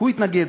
הוא התנגד.